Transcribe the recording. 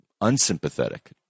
unsympathetic